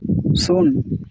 ᱥᱩᱱ